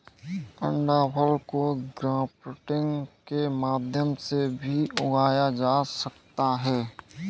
अंडाफल को ग्राफ्टिंग के माध्यम से भी उगाया जा सकता है